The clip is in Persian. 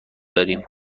داریم